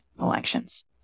elections